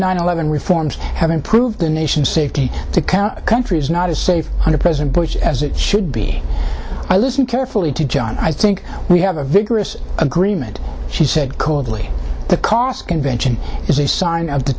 nine eleven reforms have improved the nation's safety to cow countries not as safe under president bush as it should be i listen carefully to john i think we have a vigorous agreement she said coldly the cost convention is a sign of the